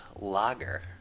Lager